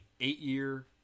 eight-year